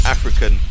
African